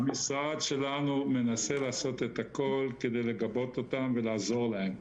המשרד שלנו מנסה לעשות את הכול כדי לגבות אותם ולעזור להם.